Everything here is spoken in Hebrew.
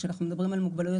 כשאנחנו מדברים על מוגבלויות,